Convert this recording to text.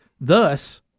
Thus